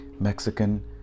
Mexican